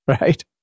right